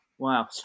Wow